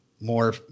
more